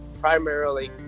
primarily